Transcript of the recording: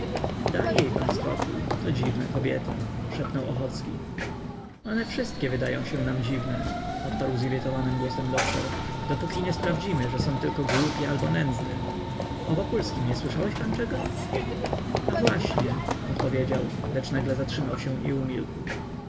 daj jej pan spokój to dziwna kobieta szepnął ochocki one wszystkie wydają się nam dziwne odparł zirytowanym głosem doktor dopóki nie sprawdzimy że są tylko głupie albo nędzne o wokulskim nie słyszałeś pan czego a właśnie odpowiedział lecz nagle zatrzymał się i umilkł